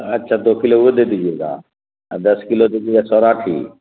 اچھا دو کلو وہ دے دیجیے گا اور دس کلو دیجیے گا سوراٹھی